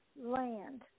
land